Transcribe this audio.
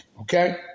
Okay